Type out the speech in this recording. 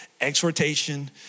exhortation